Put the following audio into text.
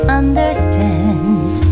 understand